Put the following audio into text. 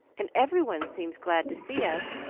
and every one seems glad to see us.